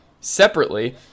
separately